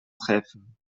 treffen